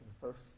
first